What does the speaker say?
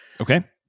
Okay